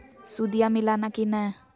सुदिया मिलाना की नय?